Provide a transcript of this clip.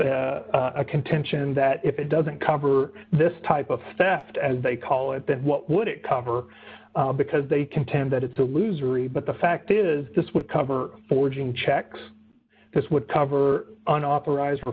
a contention that if it doesn't cover this type of theft as they call it then what would it cover because they contend that it's a loser e but the fact is this would cover forging checks this would cover unauthorized f